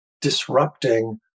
disrupting